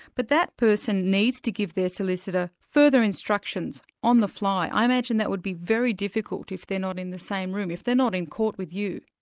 but that person needs to give their solicitor further instructions on the fly. i imagine that would be very difficult if they're not in the same room, if they're not in court with you.